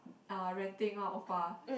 uh renting out oppa